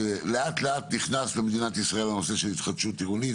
שלאט-לאט נכנס למדינת ישראל הנושא של התחדשות עירונית.